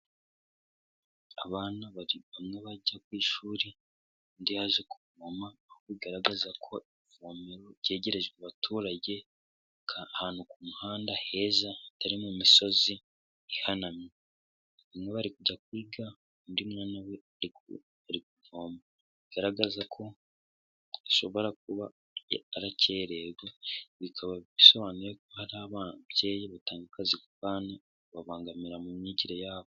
Abana bari kumwe bajya ku ishuri, undi yaje kuvoma, aho bigaragaza ko ivomero ryegerejwe abaturage, ahantu ku muhanda heza hatari mu misozi ihanamye, bamwe bari kujya kwiga undi mwana we ari kuvoma, bigaragaza ko ashobora kuba arakererwa, bikaba bisobanuye ko hari ababyeyi batanga akazi ku bana babo, bikababangamira mu myigire yabo.